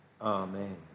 Amen